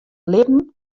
libben